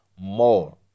more